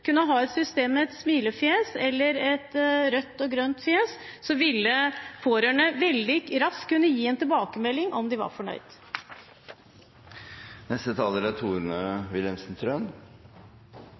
et system med et smilefjes eller et rødt og grønt fjes, så ville pårørende veldig raskt kunne gi en tilbakemelding på om de var